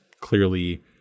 clearly